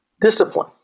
discipline